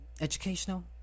educational